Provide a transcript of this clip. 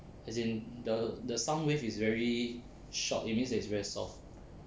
as in the the sound wave is very short it means that it is very soft